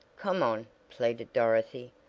come on, pleaded dorothy,